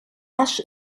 ash